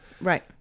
Right